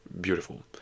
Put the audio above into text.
beautiful